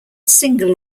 single